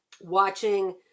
watching